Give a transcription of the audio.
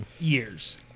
years